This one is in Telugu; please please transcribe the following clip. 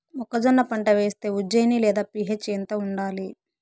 మొక్కజొన్న పంట వేస్తే ఉజ్జయని లేదా పి.హెచ్ ఎంత ఉండాలి?